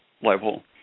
level